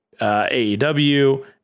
AEW